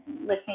listening